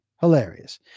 hilarious